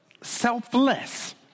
Selfless